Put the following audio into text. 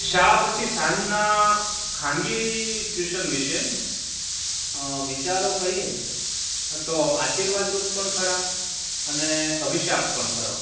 શાળા પછી સાંજના ખાનગી ટ્યુશન વિશે વિચારો કહીએ તો આશીર્વાદરૂપ પણ ખરા અને અભિશાપ પણ ખરો